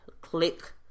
click